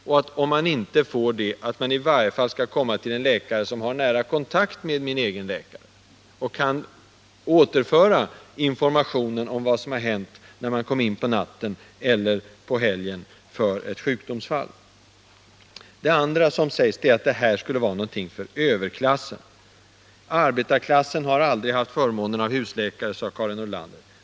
Om det inte går skall man i varje fall komma till en läkare som har nära kontakt med ens egen läkare och kan återföra informationen om vad som har hänt, när man på natten eller helgen har kommit in på grund av ett sjukdomsfall. För det andra säger man att detta med husläkare skulle vara något för överklassen. Arbetarklassen har aldrig haft förmånen av husläkare, sade Karin Nordlander.